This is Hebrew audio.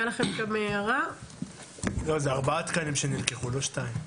זה ארבעה תקנים שנלקחו, לא שניים.